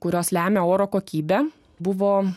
kurios lemia oro kokybę buvo